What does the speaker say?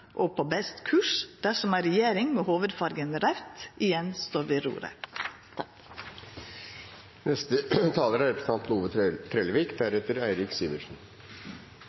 og på best kurs dersom ei regjering med hovudfargen raud igjen står ved roret.